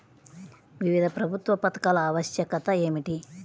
వివిధ ప్రభుత్వ పథకాల ఆవశ్యకత ఏమిటీ?